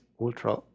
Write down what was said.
ultra